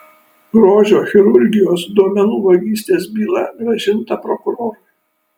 grožio chirurgijos duomenų vagystės byla grąžinta prokurorui